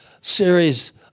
series